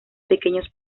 pequeños